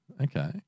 Okay